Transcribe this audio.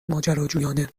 ماجراجویانه